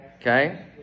Okay